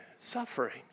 Suffering